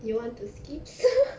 you want to skip